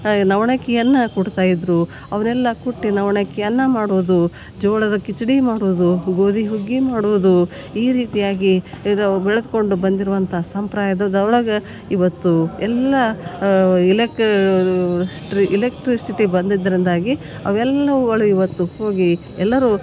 ನವಣಕ್ಕಿಯನ್ನು ಕುಟ್ತಾಯಿದ್ದರು ಅವರೆಲ್ಲ ಕುಟ್ಟಿ ನವಣಕ್ಕಿ ಅನ್ನ ಮಾಡೋದು ಜೋಳದ ಕಿಚಡಿ ಮಾಡೋದು ಗೋದಿ ಹುಗ್ಗಿ ಮಾಡೋದು ಈ ರೀತಿಯಾಗಿ ಇದು ಅವ ಬೆಳ್ದ್ಕೊಂಡು ಬಂದಿರುವಂಥ ಸಂಪ್ರಾಯದದೊಳಗೆ ಇವತ್ತು ಎಲ್ಲಾ ಇಲೆಕ ಸ್ಟ್ರಿ ಇಲೆಕ್ಟ್ರಿಸಿಟಿ ಬಂದಿದ್ದರಿಂದಾಗಿ ಅವೆಲ್ಲವುಗಳು ಇವತ್ತು ಹೋಗಿ ಎಲ್ಲರು